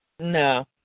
No